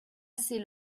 assez